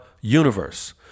universe